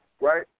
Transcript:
Right